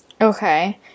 Okay